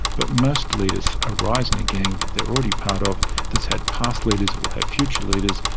but most leaders arise in a gang that they're already part of that's had past leaders, will have future leaders,